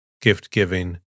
gift-giving